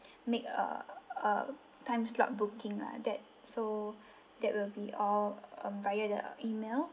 make a a time slot booking lah that so that will be all um via the email